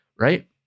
right